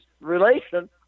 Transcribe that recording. relation